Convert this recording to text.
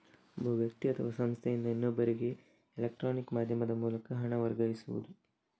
ಒಬ್ಬ ವ್ಯಕ್ತಿ ಅಥವಾ ಸಂಸ್ಥೆಯಿಂದ ಇನ್ನೊಬ್ಬರಿಗೆ ಎಲೆಕ್ಟ್ರಾನಿಕ್ ಮಾಧ್ಯಮದ ಮೂಲಕ ಹಣ ವರ್ಗಾಯಿಸುದು